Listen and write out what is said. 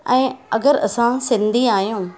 ऐं अगरि असां सिंधी आहियूं